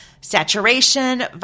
saturation